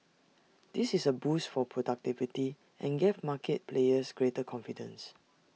this is A boost for productivity and gave market players greater confidence